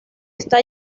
está